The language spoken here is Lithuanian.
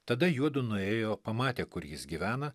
tada juodu nuėjo pamatė kur jis gyvena